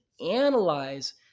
analyze